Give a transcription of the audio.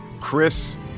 Chris